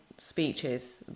speeches